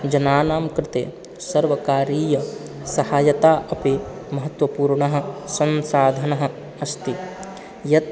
जनानां कृते सर्वकारीयसहायता अपि महत्त्वपूर्णं संसाधनम् अस्ति यत्